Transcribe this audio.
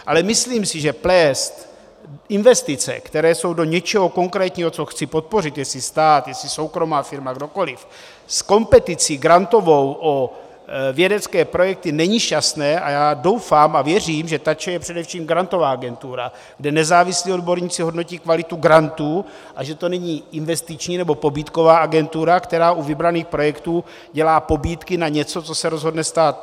Ale myslím si, že plést investice, které jsou do něčeho konkrétního, co chci podpořit, jestli stát, jestli soukromá firma, kdokoliv, s kompeticí grantovou o vědecké projekty, není šťastné a já doufám a věřím, že TA ČR je především grantová agentura, kde nezávislí odborníci hodnotí kvalitu grantů, a že to není investiční nebo pobídková agentura, která u vybraných projektů dělá pobídky na něco, co se rozhodne stát.